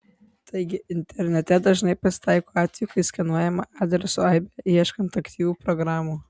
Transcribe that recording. taigi internete dažnai pasitaiko atvejų kai skenuojama adresų aibė ieškant aktyvių programų